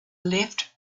left